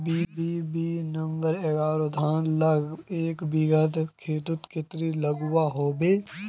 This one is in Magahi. बी.बी नंबर एगारोह धानेर ला एक बिगहा खेतोत कतेरी लागोहो होबे?